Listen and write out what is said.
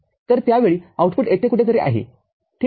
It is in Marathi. तरत्यावेळी आउटपुट येथे कुठेतरी आहे ठीक आहे